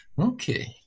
Okay